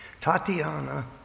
Tatiana